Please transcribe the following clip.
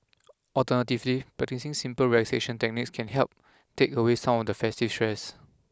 alternatively practising simple relaxation techniques can help take away some of the festive stress